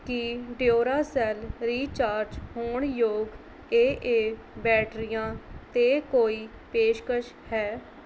ਕੀ Duracell recharge ਹੋਣ ਯੋਗ A A ਬੈਟਰੀਆਂ 'ਤੇ ਕੋਈ ਪੇਸ਼ਕਸ਼ ਹੈ